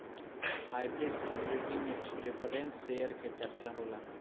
hybrid security में preference share के चर्चा होला